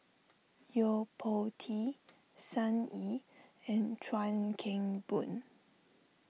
Yo Po Tee Sun Yee and Chuan Keng Boon